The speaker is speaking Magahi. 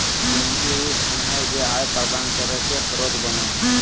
पूंजी उ धन हइ जे आय प्रदान करे के स्रोत बनो हइ